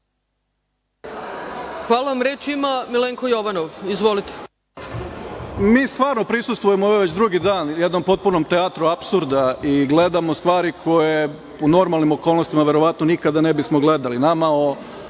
Hvala vam. Reč ima Milenko Jovanov. **Milenko Jovanov** Mi stvarno prisustvujemo, ovo je već drugi dan, jednom potpunom teatru apsurda i gledamo stvari koje u normalnim okolnostima verovatno nikada ne bi smo gledali.